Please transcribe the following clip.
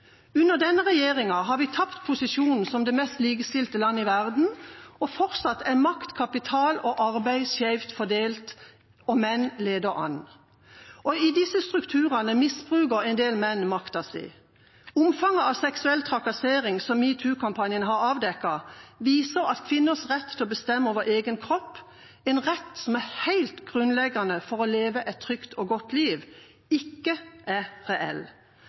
Under denne regjeringa har vi tapt posisjonen som det mest likestilte landet i verden. Fortsatt er makt, kapital og arbeid skjevt fordelt, og menn leder an. I disse strukturene misbruker en del menn makta si. Omfanget av seksuell trakassering som metoo-kampanjen har avdekket, viser at kvinners rett til å bestemme over egen kropp – en rett som er helt grunnleggende for å leve et trygt og godt liv – ikke er reell.